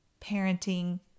parenting